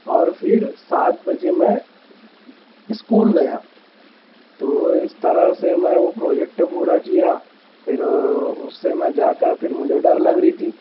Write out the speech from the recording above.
اور پھر سات بجے میں اسکول گیا تو اس طرح سے میں وہ پروجیکٹ پورا کیا پھر اسے میں جا کر پھر مجھے ڈر لگ رہی تھی